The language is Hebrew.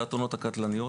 זה התאונות הקטלניות.